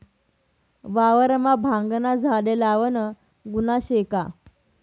वावरमा भांगना झाडे लावनं गुन्हा शे का?